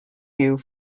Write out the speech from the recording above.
you